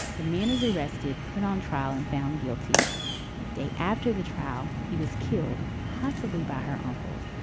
the man is arrested, put on trial and found guilty. and the day after the trial, he was killed, possibly by her uncles.